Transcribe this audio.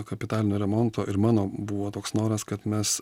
kapitalinio remonto ir mano buvo toks noras kad mes